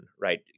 right